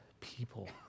people